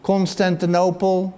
Constantinople